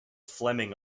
fleming